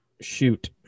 Shoot